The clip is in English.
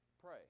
pray